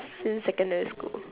since secondary school